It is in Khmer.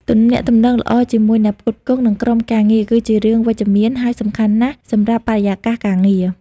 ទំនាក់ទំនងល្អជាមួយ អ្នកផ្គត់ផ្គង់ និងក្រុមការងារ គឺជារឿងវិជ្ជមានហើយសំខាន់ណាស់សម្រាប់បរិយាកាសការងារ។